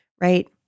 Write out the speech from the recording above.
right